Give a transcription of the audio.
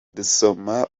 dusoma